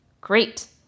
Great